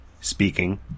Speaking